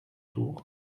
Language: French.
tour